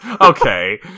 Okay